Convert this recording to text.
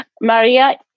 Maria